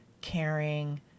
caring